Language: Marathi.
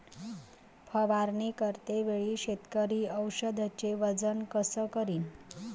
फवारणी करते वेळी शेतकरी औषधचे वजन कस करीन?